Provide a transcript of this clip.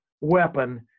weapon